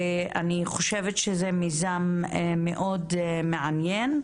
ואני חושבת שזה מיזם מאוד מעניין,